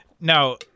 Now